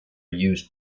use